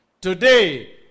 Today